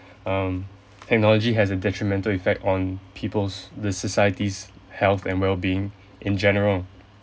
um technology has a detrimental effect on people's the society's health and well being in general